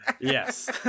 Yes